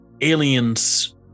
aliens